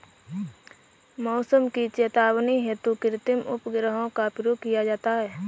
मौसम की चेतावनी हेतु कृत्रिम उपग्रहों का प्रयोग किया जाता है